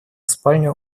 спальню